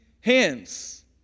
hands